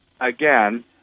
again